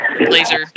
Laser